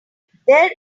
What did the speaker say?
there